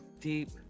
Deep